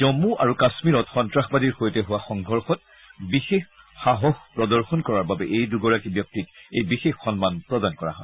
জম্মু আৰু কাম্মীৰত সন্তাসবাদীৰ সৈতে হোৱা সংঘৰ্ষত বিশেষ সাহস প্ৰদৰ্শন কৰাৰ বাবে এই দূগৰাকী ব্যক্তিক এই বিশেষ সন্মান প্ৰদান কৰা হয়